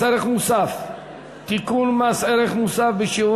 67, אין